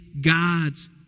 God's